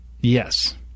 Yes